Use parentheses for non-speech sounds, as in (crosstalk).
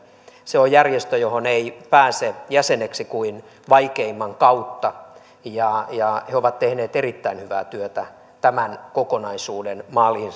se on järjestö johon ei pääse jäseneksi kuin vaikeimman kautta he ovat tehneet erittäin hyvää työtä tämän kokonaisuuden maaliin (unintelligible)